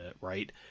right